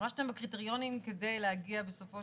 השתמשתם בקריטריונים כדי להגיע בסופו